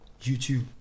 YouTube